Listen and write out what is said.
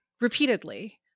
repeatedly